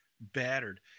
battered